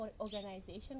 organization